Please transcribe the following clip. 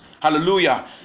Hallelujah